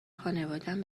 خانوادهام